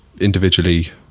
individually